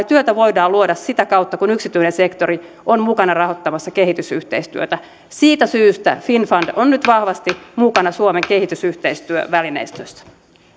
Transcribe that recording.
työtä voidaan luoda sitä kautta kun yksityinen sektori on mukana rahoittamassa kehitysyhteistyötä siitä syystä finnfund on nyt vahvasti mukana suomen kehitysyhteistyövälineistössä